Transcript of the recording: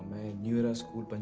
new era school. but